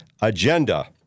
agenda